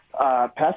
Past